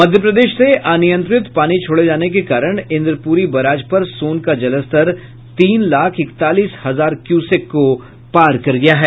मध्य प्रदेश से अनियंत्रित पानी छोड़े जाने के कारण इंद्रपुरी बराज पर सोन का जलस्तर तीन लाख इकतालीस हजार क्यूसेक को पार कर गया है